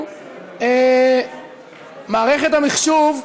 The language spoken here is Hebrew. מערכת המחשוב,